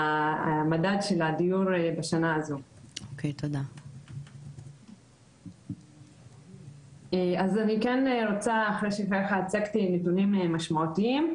מדד הדיור לשנת 2022. אז אחרי שהצגתי נתונים משמעותיים,